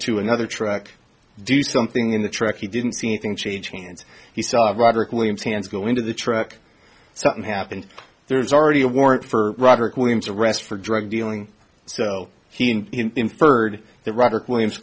to another truck do something in the truck he didn't see anything changing hands he saw roderick williams hands go into the truck something happened there's already a warrant for robert williams arrest for drug dealing so he inferred that robert williams